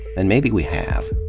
and maybe we have.